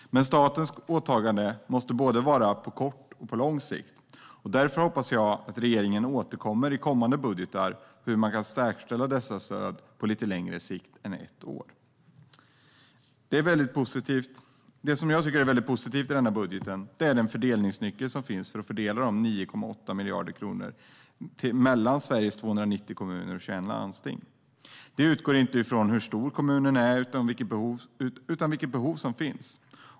Men statens åtagande måste vara på både kort och lång sikt. Därför hoppas jag att regeringen återkommer i kommande budgetar till hur detta stöd kan säkerställas på lite längre sikt än ett år. Det som är positivt i denna budget är den fördelningsnyckel som finns för att fördela de 9,8 miljarder kronorna mellan Sveriges 290 kommuner och 21 landsting. Den utgår inte från hur stor kommunen är utan vilket behov som finns.